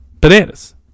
Bananas